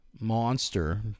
monster